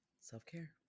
Self-care